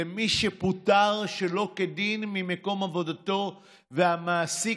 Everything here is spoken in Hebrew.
למי שפוטר שלא כדין ממקום עבודתו והמעסיק,